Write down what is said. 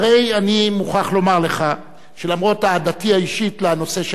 הרי אני מוכרח לומר לך שלמרות אהדתי האישית לנושא כפר-שלם